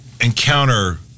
encounter